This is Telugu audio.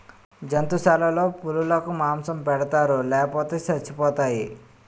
జంతుశాలలో పులులకు మాంసం పెడతారు లేపోతే సచ్చిపోతాయి